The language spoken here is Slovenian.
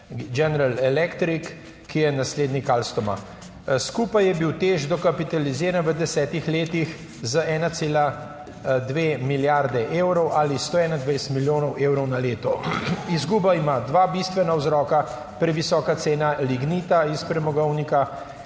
General Electric, ki je naslednik Alstoma. Skupaj je bil TEŠ dokapitaliziran v desetih letih z 1,2 milijardi evrov ali 121 milijonov evrov na leto. Izguba ima dva bistvena vzroka: previsoka cena lignita iz premogovnika